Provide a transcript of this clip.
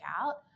out